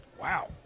Wow